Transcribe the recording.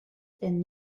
and